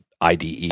IDE